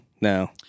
no